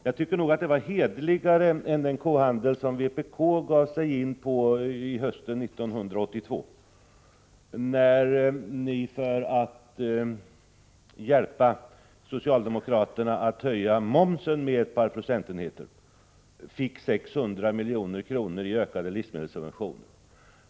Jag tycker nog att detta var hederligare än den kohandel som vpk gav sig in på hösten 1982, när man för att hjälpa socialdemokraterna att höja momsen med ett par procentenheter fick 600 milj.kr. i ökade livsmedelssubventioner.